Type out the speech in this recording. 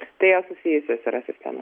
tai jos susijusios yra sistemos